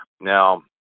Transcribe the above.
Now